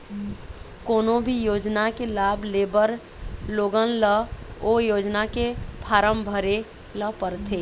कोनो भी योजना के लाभ लेबर लोगन ल ओ योजना के फारम भरे ल परथे